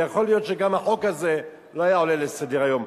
ויכול להיות שגם החוק הזה לא היה עולה לסדר-היום,